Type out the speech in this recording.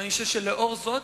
ואני חושב שלנוכח זאת,